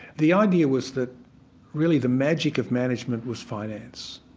the idea was that really the magic of management was finance.